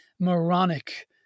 moronic